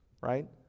right